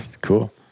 cool